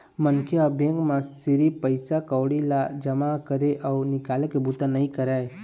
मनखे ह बेंक म सिरिफ पइसा कउड़ी ल जमा करे अउ निकाले के बूता नइ करय